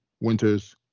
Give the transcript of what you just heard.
winters